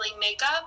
makeup